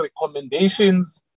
recommendations